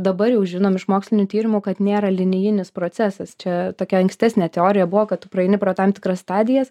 dabar jau žinom iš mokslinių tyrimų kad nėra linijinis procesas čia tokia ankstesnė teorija buvo kad tu praeini pro tam tikras stadijas